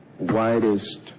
widest